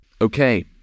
Okay